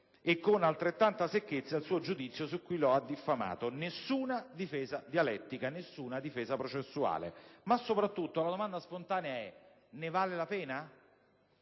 e con altrettanta secchezza il suo giudizio su chi lo ha diffamato. Nessuna difesa dialettica, nessuna difesa processuale. Ma, soprattutto, la domanda spontanea è: ne vale la pena?